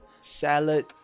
salad